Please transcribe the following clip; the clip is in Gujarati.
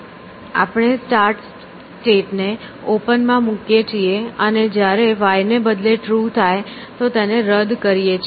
આપણે સ્ટાર્ટ સ્ટેટ ને ઓપન માં મૂકીએ છીએ અને જ્યારે 'Y' ને બદલે 'true' થાય તો તેને રદ કરીએ છીએ